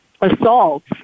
assaults